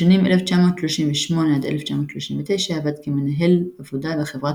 בשנים 1938–1939 עבד כמנהל עבודה בחברת